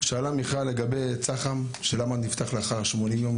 שאלה מיכל לגבי צח"ם של למה הוא נפתח לאחר שמונים יום,